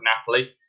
Napoli